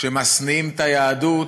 שמשניאים את היהדות,